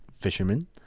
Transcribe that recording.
fishermen